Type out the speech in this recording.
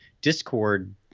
Discord